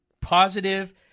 positive